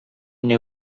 nie